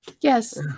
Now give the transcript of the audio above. yes